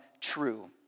true